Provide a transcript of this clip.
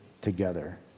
together